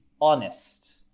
honest